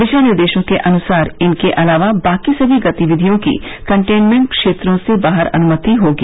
दिशानिर्देशों के अनुसार इनके अलावा बाकी सभी गतिविधियों की कंटेनमेंट क्षेत्रों से बाहर अनुमति होगी